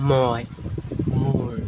মই মোৰ